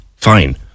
Fine